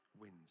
wins